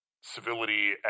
civility